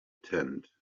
tent